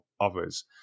others